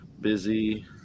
busy